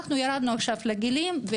ירדנו עכשיו בגילאים,